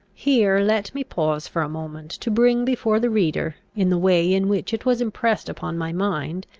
here let me pause for a moment, to bring before the reader, in the way in which it was impressed upon my mind,